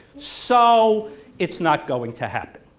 so it's not going to happen.